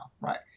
right